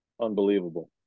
unbelievable